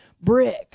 brick